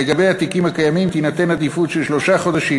לגבי התיקים הקיימים תינתן עדיפות של שלושה חודשים